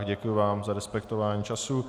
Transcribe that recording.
Děkuji vám za respektování času.